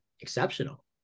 exceptional